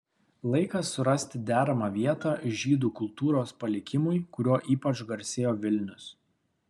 laikas surasti deramą vietą žydų kultūros palikimui kuriuo ypač garsėjo vilnius